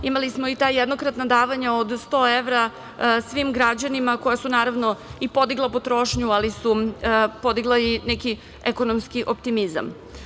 Imali smo i ta jednokratna davanja od 100 evra svim građanima koja su naravno i podigla potrošnju, ali su podigla i neki ekonomski optimizam.